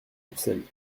courcelles